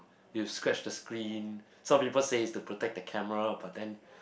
it'll scratch the screen some people say is to protect the camera but then